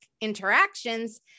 interactions